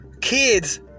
kids